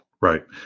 Right